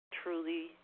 truly